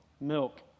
Milk